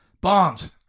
bombs